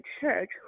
church